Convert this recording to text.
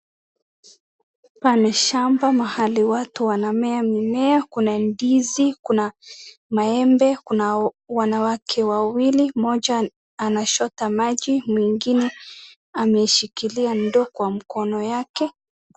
Pale shamba mahali watu wanamea mimea kuna ndizi, kuna maembe, kuna wanawake wawili, mmoja anachota maji, mwingine ameshikilia ndoo kwa mkono yake.